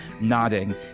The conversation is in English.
nodding